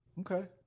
Okay